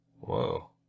Whoa